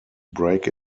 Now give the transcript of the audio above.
break